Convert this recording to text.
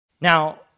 Now